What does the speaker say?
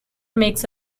makes